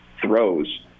throws